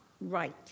right